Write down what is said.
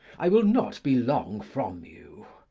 i will not be long from you.